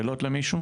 יש שאלות למישהו?